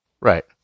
Right